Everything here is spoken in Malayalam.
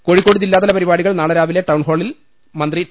കോഴിക്കോട് ജില്ലാതല പരിപാടികൾ നാളെ രാവിലെ ടൌൺഹാളിൽ മന്ത്രി ടി